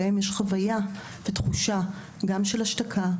שנים בהן יש חוויה ותחושה של השתקה,